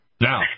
Now